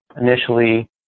initially